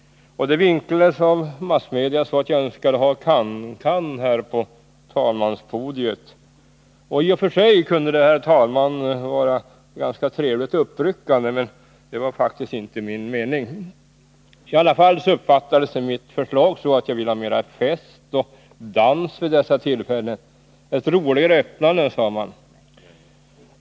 Det vinklades av massmedia så att jag önskade ha cancan här på talmanspodiet. I och för sig kunde det, herr talman, vara ganska trevligt och uppryckande, men det var faktiskt inte min mening. I alla fall uppfattades mitt förslag så att jag ville ha mera fest och dans vid dessa tillfällen. Ett roligare öppnande, sade man.